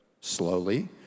slowly